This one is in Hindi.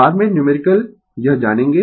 बाद में न्यूमेरिकल यह जानेगें